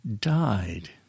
died